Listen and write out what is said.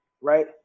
right